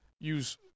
use